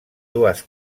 dues